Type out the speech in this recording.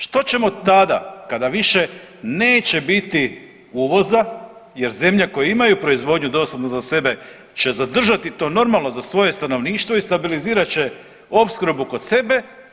Što ćemo tada kada više neće biti uvoza jer zemlje koje imaju proizvodnju dostatnu za sebe će zadržati to normalo za svoje stanovništvo i stabilizirat će opskrbu kod sebe.